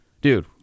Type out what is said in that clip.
dude